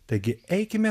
taigi eikime